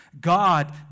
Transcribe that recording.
God